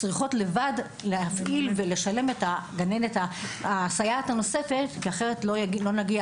צריכות לשלם לבד את הסייעת הנוספת כי אחרת לא נגיע,